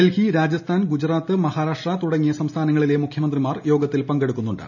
ഡൽഹി രാജസ്ഥാൻ ഗുജറാത്ത് മഹാരാഷ്ട്ര തുടങ്ങിയ സംസ്ഥാനങ്ങളിലെ മുഖ്യമന്ത്രിമാർ യോഗ്ിത്തിൽ പങ്കെടുക്കുന്നുണ്ട്